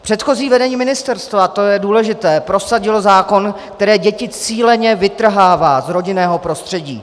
Předchozí vedení ministerstva to je důležité prosadilo zákon, který děti cíleně vytrhává z rodinného prostředí.